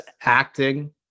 acting